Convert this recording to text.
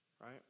right